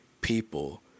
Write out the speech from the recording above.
people